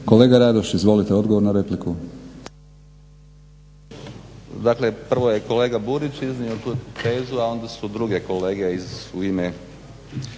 Kolega Radoš izvolite odgovor na repliku. **Radoš, Jozo (HNS)** Dakle prvo je kolega Burić iznio tu tezu, a onda su druge kolege u ime